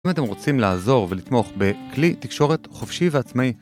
אם אתם רוצים לעזור ולתמוך בכלי תקשורת חופשי ועצמאי